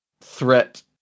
threat